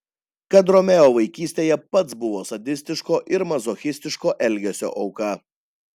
kad romeo vaikystėje pats buvo sadistiško ir mazochistiško elgesio auka